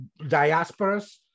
diasporas